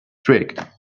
trick